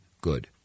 good